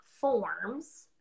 forms